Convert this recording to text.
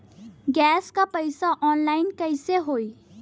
Gas क पैसा online कइसे होई?